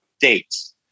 dates